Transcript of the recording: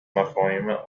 مفاهیم